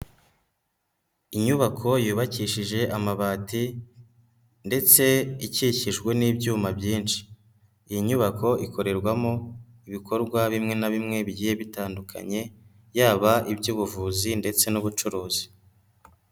Inyubako yubakishije amabati ndetse ikikijwe n'ibyuma byinshi, iyi nyubako ikorerwamo ibikorwa bimwe na bimwe bigiye bitandukanye yaba iby'ubuvuzi ndetse n'ubucuruzi.